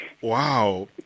wow